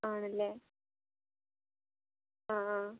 ആണല്ലേ ആ ആ